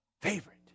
Favorite